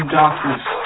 darkness